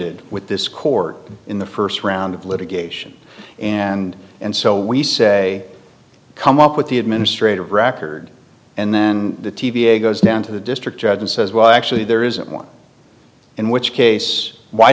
d with this court in the first round of litigation and and so we say come up with the administrative record and then the t v a goes down to the district judge and says well actually there isn't one in which case why